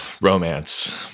Romance